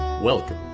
Welcome